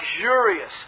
luxurious